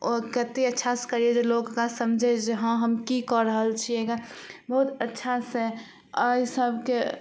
ओ कते अच्छासँ करियै जे लोग ओकरा समझै जे हँ हम की कऽ रहल छियै गऽ बहुत अच्छासँ ई सबके